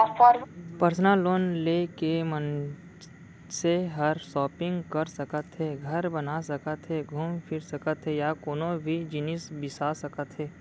personal loan ले के मनसे हर सॉपिंग कर सकत हे, घर बना सकत हे घूम फिर सकत हे या कोनों भी जिनिस बिसा सकत हे